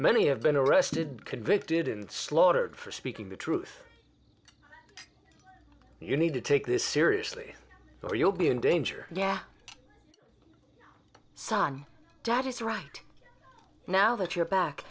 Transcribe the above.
many have been arrested convicted in slaughtered for speaking the truth you need to take this seriously or you'll be in danger yeah son dad is right now that you're back